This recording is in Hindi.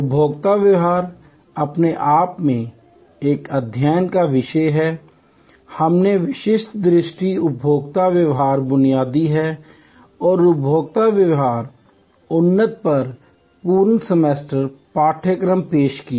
उपभोक्ता व्यवहार अपने आप में एक अध्ययन का विषय है हमने विभिन्न दृष्टि उपभोक्ता व्यवहार बुनियादी और उपभोक्ता व्यवहार उन्नत पर पूर्ण सेमेस्टर पाठ्यक्रम पेश किए